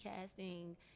casting